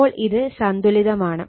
അപ്പോൾ ഇത് സന്തുലിതമാണ്